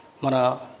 Mana